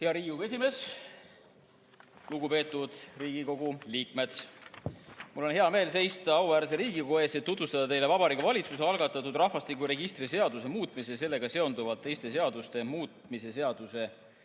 Riigikogu esimees! Lugupeetud Riigikogu liikmed! Mul on hea meel seista auväärse Riigikogu ees ja tutvustada teile Vabariigi Valitsuse algatatud rahvastikuregistri seaduse muutmise ja sellega seonduvalt teiste seaduste muutmise seaduse